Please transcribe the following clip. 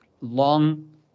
long